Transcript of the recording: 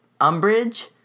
umbridge